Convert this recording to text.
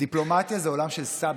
דיפלומטיה זה עולם של סאבטקסט.